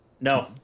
No